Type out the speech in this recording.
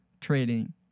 trading